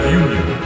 union